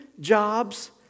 jobs